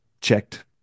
checked